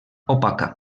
opaca